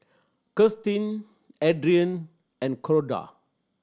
Kirstin Adrian and Corda